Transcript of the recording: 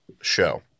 show